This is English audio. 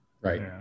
Right